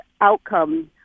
outcomes